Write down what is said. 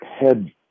head